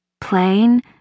Plain